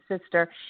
sister